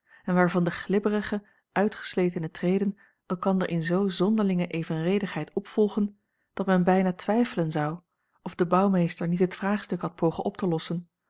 en waarvan de glibberige uitgesletene treden elkander in zoo zonderlinge evenredigheid opvolgen dat men bijna twijfelen zou of de bouwmeester niet het vraagstuk had pogen op te lossen